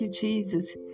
Jesus